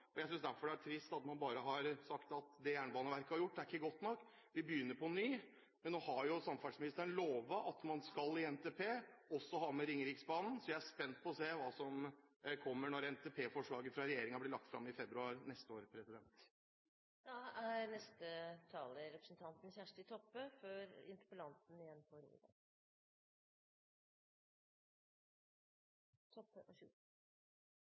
synes jeg at det er trist at man bare har sagt at det Jernbaneverket har gjort, er ikke godt nok: Vi begynner på ny. Men nå har jo samferdselsministeren lovet at man i NTP også skal ha med Ringeriksbanen, så jeg er spent på å se hva som kommer når NTP-forslaget fra regjeringen blir lagt fram i februar neste år.